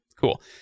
cool